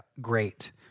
great